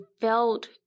felt